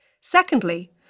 Secondly